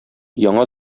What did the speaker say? яңа